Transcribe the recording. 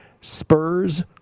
Spurs